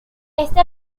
este